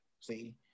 See